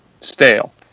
Stale